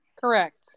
Correct